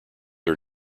are